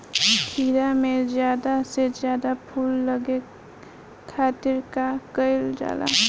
खीरा मे ज्यादा से ज्यादा फूल लगे खातीर का कईल जाला?